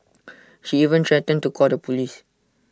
she even threatened to call the Police